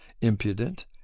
impudent